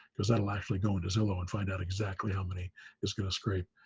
because that'll actually go into zillow and find out exactly how many it's going to scrape.